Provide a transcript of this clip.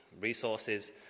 resources